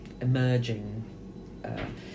emerging